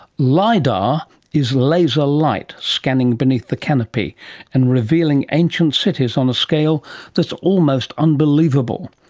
lidar is laser light scanning beneath the canopy and revealing ancient cities on a scale that's almost unbelievable.